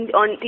on